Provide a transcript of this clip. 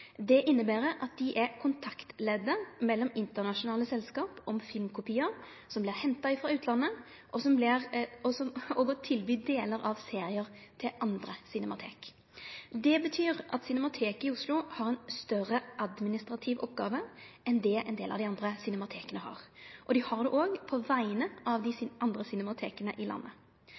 Det inneber at dei er kontaktleddet med internasjonale selskap om filmkopiar som vert henta frå utlandet, og at dei tilbyr delar av seriar til andre cinematek. Det betyr at Cinemateket i Oslo har ei større administrativ oppgåve enn det ein del av dei andre cinemateka har, og dei har det òg på vegner av dei andre cinemateka i landet.